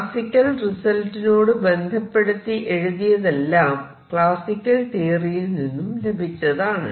classical റിസൽറ്റിനോട് ബന്ധപ്പെടുത്തി എഴുതിയതെല്ലാം ക്ലാസിക്കൽ തിയറിയിൽ നിന്നും ലഭിച്ചതാണ്